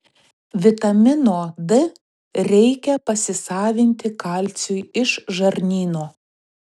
vitamino d reikia pasisavinti kalciui iš žarnyno